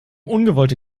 ungewollte